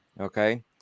okay